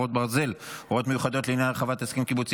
חרבות ברזל) (הוראות מיוחדות לעניין הרחבת הסכם קיבוצי